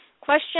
question